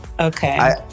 Okay